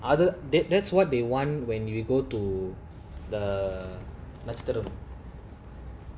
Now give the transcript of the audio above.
other they that's what they want when you go to the நட்சத்திரம்:natchathiram